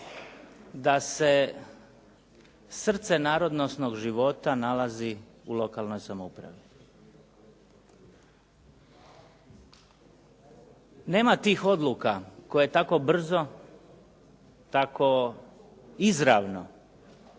da se srce narodnosnog života nalazi u lokalnoj samoupravi. Nema tih odluka koje tako brzo, tako izravno,